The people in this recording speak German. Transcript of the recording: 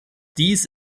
dies